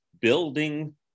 building